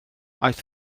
aeth